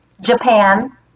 Japan